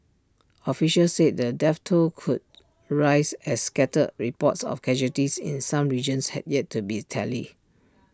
officials said the death toll could rise as scattered reports of casualties in some regions had yet to be tallied